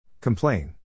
Complain